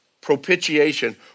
propitiation